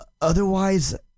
Otherwise